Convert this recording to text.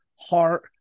heart